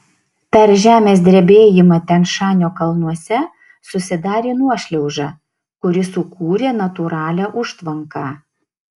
per žemės drebėjimą tian šanio kalnuose susidarė nuošliauža kuri sukūrė natūralią užtvanką